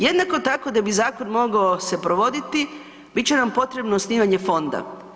Jednako tako da bi zakon mogao se provoditi, bit će nam potrebno osnivanje fonda.